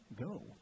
go